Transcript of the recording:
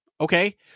Okay